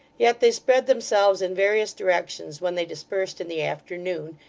yet they spread themselves in various directions when they dispersed in the afternoon,